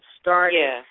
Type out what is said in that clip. started